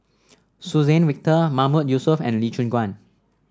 Suzann Victor Mahmood Yusof and Lee Choon Guan